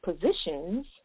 positions